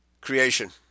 creation